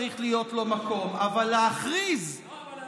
לא כל ספק צריך להיות לו מקום, אבל להכריז, לא.